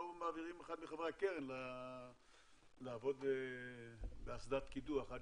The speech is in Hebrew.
או מעבירים אחד מחברי הקרן לעבוד באסדת קידוח עד